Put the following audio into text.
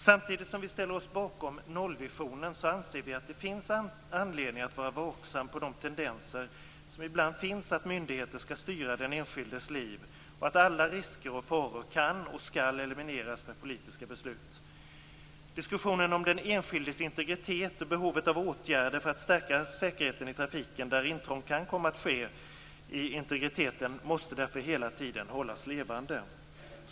Samtidigt som vi ställer oss bakom nollvisionen anser vi att det finns anledning att vara vaksam på de tendenser som ibland finns att myndigheter skall styra den enskildes liv och att alla risker och faror kan och skall elimineras med politiska beslut. Diskussionen om den enskildes integritet och behovet av åtgärder för att stärka säkerheten i trafiken där intrång kan komma att ske i integriteten måste därför hela tiden hållas levande.